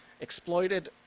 exploited